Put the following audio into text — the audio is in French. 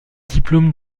diplômes